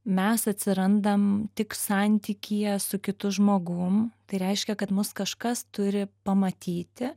mes atsirandam tik santykyje su kitu žmogum tai reiškia kad mus kažkas turi pamatyti